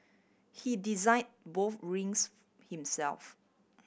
he designed both rings himself